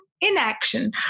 inaction